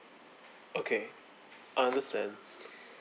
okay I understand